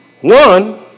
One